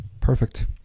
Perfect